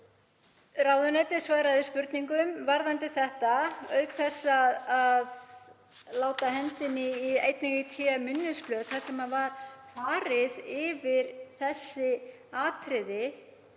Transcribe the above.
ráðuneytið svaraði spurningum varðandi þetta, auk þess að láta nefndinni í té minnisblöð þar sem farið var yfir þessi atriði.